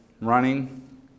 running